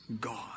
God